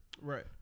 Right